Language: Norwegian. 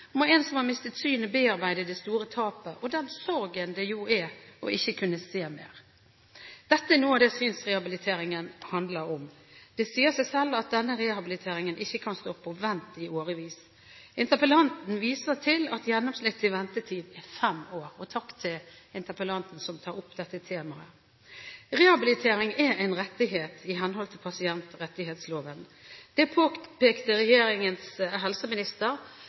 må en som har mistet synet, bearbeide det store tapet og den sorgen det jo er, ikke å kunne se mer. Dette er noe av det synsrehabiliteringen handler om. Det sier seg selv at denne rehabiliteringen ikke kan stå på vent i årevis. Interpellanten viser til at gjennomsnittlig ventetid er fem år – og takk til interpellanten, som tar opp dette temaet. Rehabilitering er en rettighet i henhold til pasientrettighetsloven. Det påpekte